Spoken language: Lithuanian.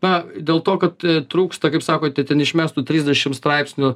na dėl to kad trūksta kaip sakote ten išmes tų trisdešimt straipsnių